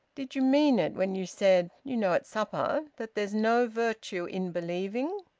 did you mean it when you said you know, at supper that there's no virtue in believing?